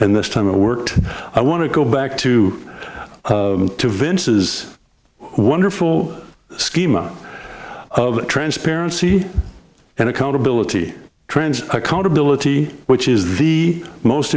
and this time it worked i want to go back to to vinces wonderful schema of transparency and accountability trends accountability which is the most